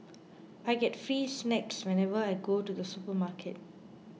I get free snacks whenever I go to the supermarket